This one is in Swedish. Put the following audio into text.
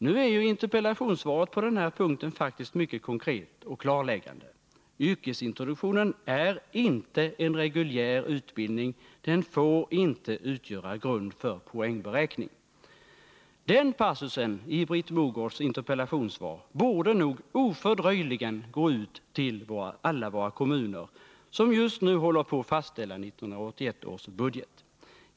Nu är ju interpellationssvaret på den här punkten faktiskt mycket konkret och klarläggande: ”Yrkesintroduktionen är inte en reguljär utbildning ——=—. Den får inte utgöra grund för poängberäkning.” Den passusen i Britt Mogårds interpellationssvar borde nog ofördröjligen gå ut till alla våra kommuner, som just nu håller på att fastställa 1981 års budget.